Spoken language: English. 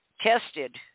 tested